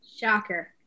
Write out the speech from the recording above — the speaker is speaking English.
Shocker